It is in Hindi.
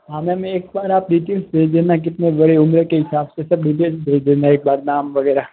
हाँ मैम एक बार आप डिटेल भेज देना कितने बड़े उम्र के हिसाब से सब डिटेल्स भेज देना एक बार नाम वगैरह